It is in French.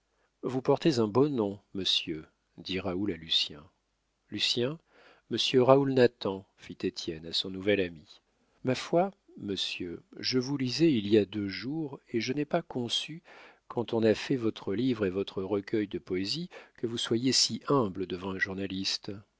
vous portez un beau nom monsieur dit raoul à lucien lucien monsieur raoul nathan fit étienne à son nouvel ami ma foi monsieur je vous lisais il y a deux jours et je n'ai pas conçu quand on a fait votre livre et votre recueil de poésies que vous soyez si humble devant un journaliste